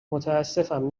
متاسفم